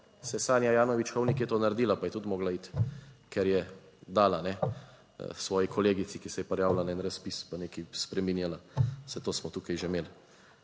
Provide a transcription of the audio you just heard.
saj Sanja Ajanović Hovnik je to naredila, pa je tudi morala iti, ker je dala svoji kolegici, ki se je prijavila na en razpis pa nekaj spreminjala. Saj to smo tukaj že imeli,